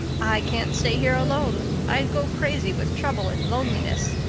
i can't stay here alone. i'd go crazy with trouble and loneliness.